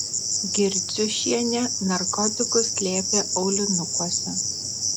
girdziušienė narkotikus slėpė aulinukuose